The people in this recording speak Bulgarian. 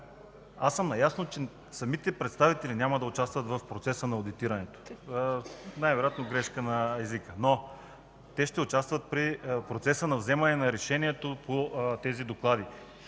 Аз съм наясно, че самите представители няма да участват в процеса на одитирането, най-вероятно – грешка на езика, но ще участват в процеса на вземане на решението по тези доклади.